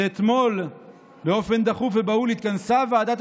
שאתמול באופן דחוף ובהול התכנסה ועדת